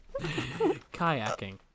Kayaking